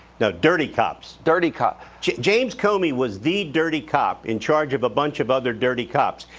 now dirty cops. dirty cop. james comey was the dirty cop, in charge of a bunch of other dirty cops.